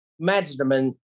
management